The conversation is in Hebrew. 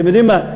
אתם יודעים מה,